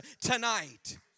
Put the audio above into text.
tonight